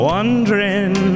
Wondering